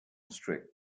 strict